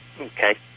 Okay